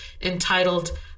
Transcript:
entitled